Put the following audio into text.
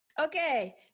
okay